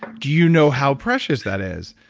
do you know how precious that is?